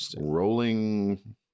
rolling